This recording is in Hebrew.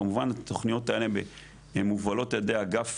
כמובן התכניות האלה הן מובלות ע"י אגף